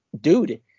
dude